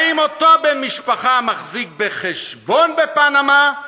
האם אותו בן משפחה מחזיק בחשבון בפנמה?